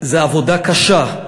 זו עבודה קשה,